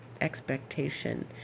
expectation